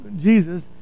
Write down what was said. Jesus